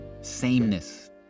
sameness